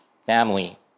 family